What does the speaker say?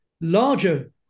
larger